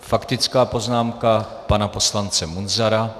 Faktická poznámka pana poslance Munzara.